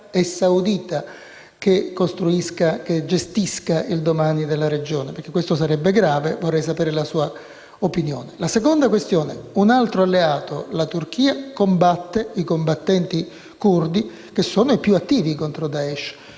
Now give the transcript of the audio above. La seconda questione riguarda un altro alleato. La Turchia combatte i combattenti curdi, che sono i più attivi contro Daesh.